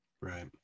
Right